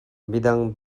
midang